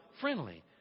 friendly